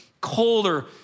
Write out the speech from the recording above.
colder